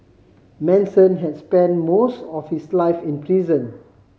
Manson has spent most of his life in prison